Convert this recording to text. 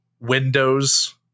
windows